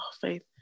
Faith